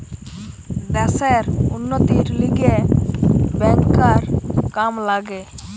দ্যাশের উন্নতির লিগে ব্যাংকার কাম লাগে